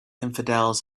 infidels